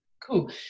Cool